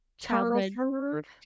childhood